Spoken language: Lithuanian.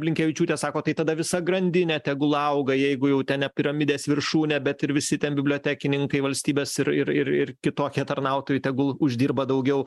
blinkevičiūtė sako tai tada visa grandinė tegul auga jeigu jau ten ne piramidės viršūnė bet ir visi ten bibliotekininkai valstybės ir ir ir ir kitokie tarnautojai tegul uždirba daugiau